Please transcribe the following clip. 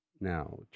Now